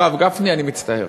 הרב גפני, אני מצטער.